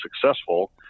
successful